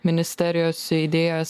ministerijos idėjas